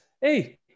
Hey